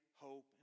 hope